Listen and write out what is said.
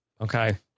okay